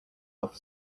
off